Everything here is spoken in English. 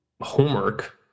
homework